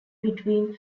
between